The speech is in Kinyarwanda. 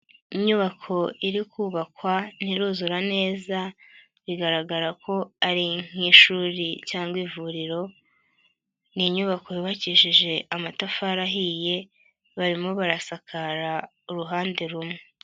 Inyubako iri kubakwa ntiruzura neza bigaragara ko ari nk'ishuri cyangwa ivuriro, ni inyubako yubakishije amatafari ahiye barimo barasakara uruhande rumwe.